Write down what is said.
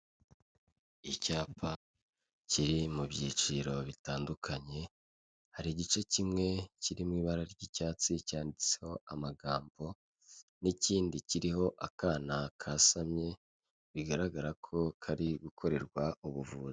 Icyapa kiri mu byiciro bitandukanye, hari igice kimwe kiri mu ibara ry'icyatsi cyanditseho amagambo n'ikindi kiriho akana kasamye, bigaragara ko kari gukorerwa ubuvuzi.